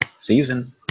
Season